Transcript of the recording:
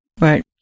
Right